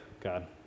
God